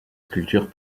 sculptures